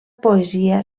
poesia